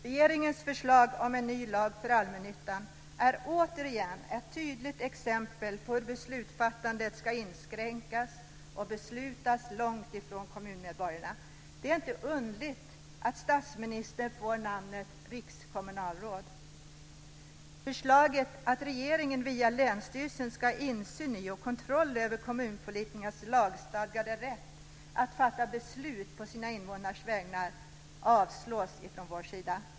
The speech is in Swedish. Regeringens förslag om en ny lag för allmännyttan är återigen ett tydligt exempel på hur beslutsfattandet ska inskränkas och beslut ska fattas långt ifrån kommunmedborgarna. Det är inte underligt att statsministern får namnet Rikskommunalråd. Förslaget att regeringen via länsstyrelsen ska ha insyn i och kontroll över kommunpolitikernas lagstadgade rätt att fatta beslut på sina invånares vägnar avstyrks från vår sida.